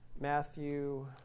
Matthew